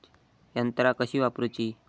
यंत्रा कशी वापरूची?